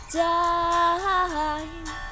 time